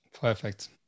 Perfect